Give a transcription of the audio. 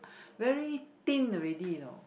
very thin already you know